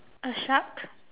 a shark